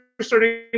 starting